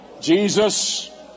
Jesus